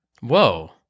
Whoa